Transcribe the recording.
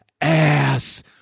ass